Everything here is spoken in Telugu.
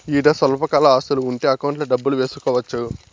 ఈడ స్వల్పకాల ఆస్తులు ఉంటే అకౌంట్లో డబ్బులు వేసుకోవచ్చు